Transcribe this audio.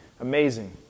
Amazing